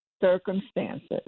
circumstances